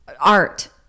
art